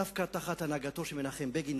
דווקא תחת הנהגתו של מנחם בגין,